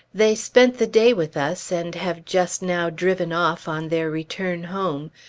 they spent the day with us, and have just now driven off on their return home,